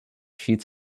sheets